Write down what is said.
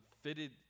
fitted